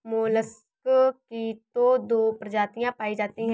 mollusc की तो दो प्रजातियां पाई जाती है